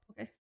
okay